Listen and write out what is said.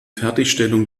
fertigstellung